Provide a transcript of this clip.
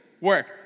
work